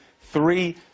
three